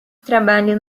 trabalho